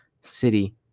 city